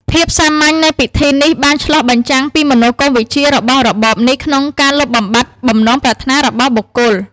ភាពសាមញ្ញនៃពិធីនេះបានឆ្លុះបញ្ចាំងពីមនោគមវិជ្ជារបស់របបនេះក្នុងការលុបបំបាត់បំណងប្រាថ្នារបស់បុគ្គល។